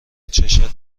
چشات